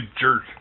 jerk